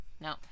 No